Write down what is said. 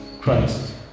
Christ